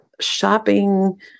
shopping